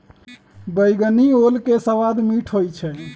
बइगनी ओल के सवाद मीठ होइ छइ